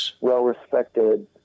well-respected